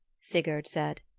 sigurd said.